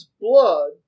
blood